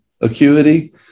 acuity